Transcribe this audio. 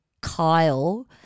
Kyle